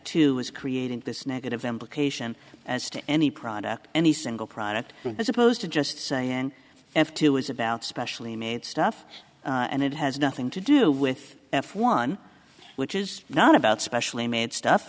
two is creating this negative implication as to any product any single product as opposed to just saying f two is about specially made stuff and it has nothing to do with f one which is not about specially made stuff